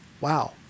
wow